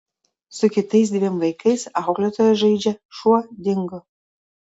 su kitais dviem vaikais auklėtoja žaidžia šuo dingo